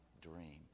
dream